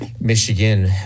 Michigan